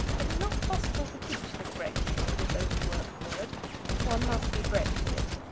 it is not possible to teach the correct use of this overworked word one must be bred to it.